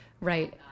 Right